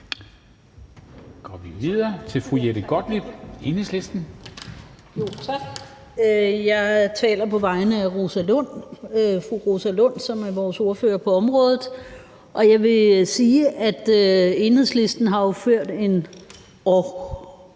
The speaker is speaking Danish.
Jeg taler på vegne af fru Rosa Lund, som er vores ordfører på området. Jeg vil sige, at Enhedslisten jo har ført en